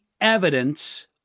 evidence